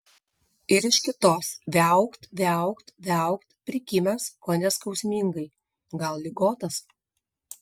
ir iš kitos viaukt viaukt viaukt prikimęs kone skausmingai gal ligotas